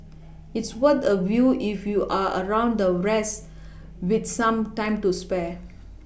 it's worth a view if you're around the rest with some time to spare